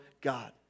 God